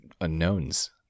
unknowns